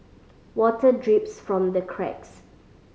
water drips from the cracks